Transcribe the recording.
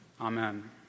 Amen